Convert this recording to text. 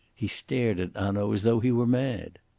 he stared at hanaud as though he were mad.